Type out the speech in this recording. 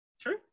true